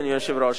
אדוני היושב-ראש.